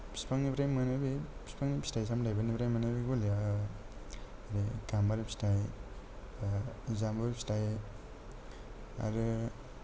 फिफांनिफ्राय मोनो बे फिफांनि फिथाय सामथायफोरनिफ्राय मोनो बे गुलिया आरो गाम्बारि फिथाय जाम्बुर फिथाय आरो